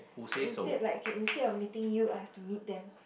instead like okay instead of meeting you I have to meet them